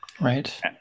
Right